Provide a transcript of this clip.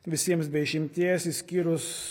visiems be išimties išskyrus